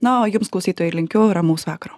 na o jums klausytojai linkiu ramaus vakaro